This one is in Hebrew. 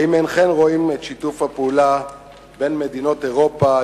האם אינכם רואים את שיתוף הפעולה בין מדינות אירופה,